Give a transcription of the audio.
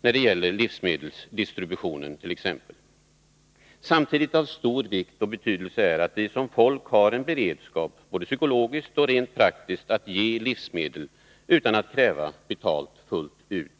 när det gäller t.ex. livsmedelsproduktionen. Samtidigt är det av stor vikt att vi som folk har en beredskap både psykologiskt och rent praktiskt att ge livsmedel utan att kräva betalning fullt ut.